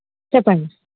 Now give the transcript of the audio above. చెప్పండి